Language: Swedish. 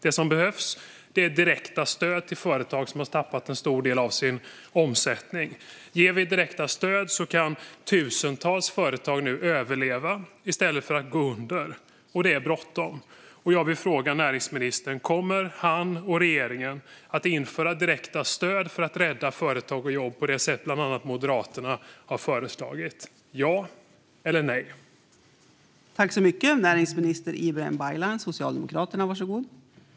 Det som behövs är direkta stöd till företag som har tappat en stor del av sin omsättning. Ger vi direkta stöd kan tusentals företag nu överleva i stället för att gå under. Det är bråttom! Jag vill fråga näringsministern om han och regeringen kommer att införa direkta stöd för att rädda företag och jobb på det sätt som bland annat Moderaterna har föreslagit.